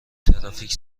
ترافیک